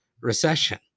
recession